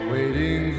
Waiting